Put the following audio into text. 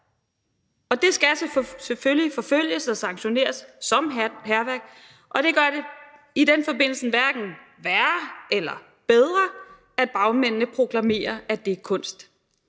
Og det skal selvfølgelig forfølges og sanktioneres som hærværk, og det gør det i den forbindelse hverken værre eller bedre, at bagmændene proklamerer, at det er kunst.